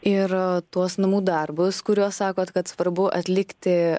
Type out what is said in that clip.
ir tuos namų darbus kuriuos sakot kad svarbu atlikti